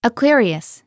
Aquarius